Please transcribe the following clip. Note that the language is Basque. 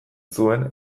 zuen